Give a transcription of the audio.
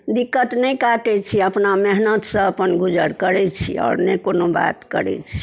दिक्कत नहि काटै छी अपना मेहनतिसँ अपन गुजर करै छी आओर नहि कोनो बात करै छी